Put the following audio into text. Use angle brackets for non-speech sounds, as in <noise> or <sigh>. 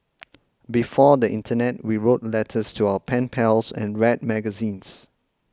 <noise> before the internet we wrote letters to our pen pals and read magazines